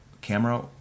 camera